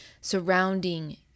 surrounding